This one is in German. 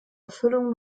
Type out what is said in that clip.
erfüllung